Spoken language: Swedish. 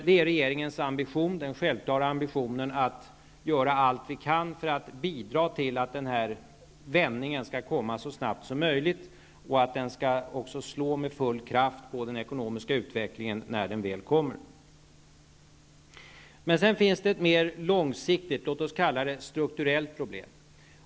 Det är regeringens självklara ambition att göra allt vi kan för att bidra till att vändningen skall komma så snabbt som möjligt, och att den skall slå med full kraft på den ekonomiska utvecklingen när den väl kommer. Det finns också ett mer långsiktigt, vad vi skulle kunna kalla ett strukturellt problem.